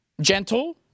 gentle